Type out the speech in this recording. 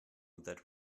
that